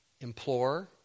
implore